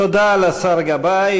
תודה לשר גבאי.